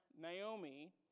Naomi